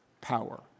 power